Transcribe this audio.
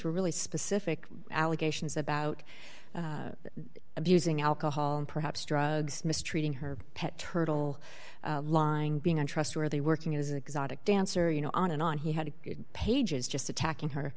were really specific allegations about abusing alcohol and perhaps drugs mistreating her pet turtle lying being untrustworthy working as an exotic dancer you know on and on he had pages just attacking her